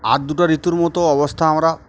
আর দুটো ঋতুর মতো অবস্থা আমরা